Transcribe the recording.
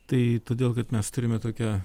tai todėl kad mes turime tokią